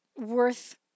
worth